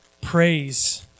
praise